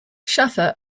shaffer